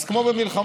אז כמו במלחמה,